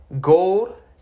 Gold